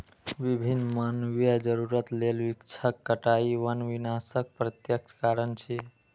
विभिन्न मानवीय जरूरत लेल वृक्षक कटाइ वन विनाशक प्रत्यक्ष कारण छियै